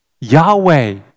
Yahweh